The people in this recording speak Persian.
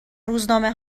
روزنامه